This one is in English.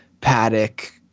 Paddock